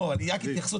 לא, רק התייחסות.